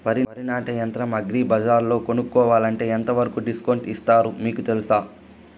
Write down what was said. వరి నాటే యంత్రం అగ్రి బజార్లో కొనుక్కోవాలంటే ఎంతవరకు డిస్కౌంట్ ఇస్తారు మీకు తెలుసా?